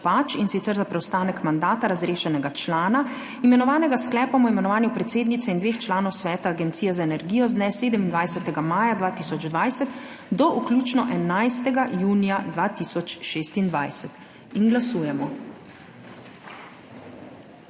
Kopač, in sicer za preostanek mandata razrešenega člana, imenovanega s sklepom o imenovanju predsednice in dveh članov sveta Agencije za energijo z dne 27. maja 2020 do vključno 11. junija 2026. Glasujemo.